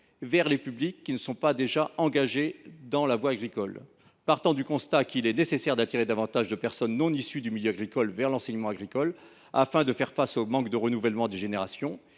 vers les publics qui ne sont pas déjà engagés dans la voie agricole. Partant du constat qu’il est nécessaire d’attirer davantage de personnes non issues du milieu agricole vers l’enseignement agricole pour répondre au manque de renouvellement des générations,